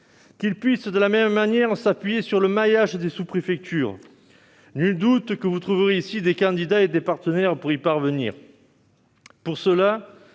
qu'il puisse, de la même manière, s'appuyer sur le maillage des sous-préfectures. Nul doute que vous trouverez ici des candidats et des partenaires pour y parvenir. Pour cela,